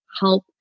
help